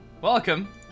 Welcome